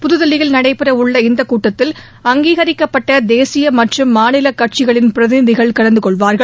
புதுதில்லியில் நடைபெறவுள்ள இந்த கூட்டத்தில் அங்கீவரிக்கப்பட்ட தேசிய மற்றும் மாநில கட்சிகளின் பிரதிநிதிகள் கலந்து கொள்வார்கள்